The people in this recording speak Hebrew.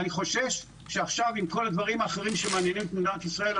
ואני חושש שעכשיו עם כל הדברים האחרים שמעניינים את מדינת ישראל,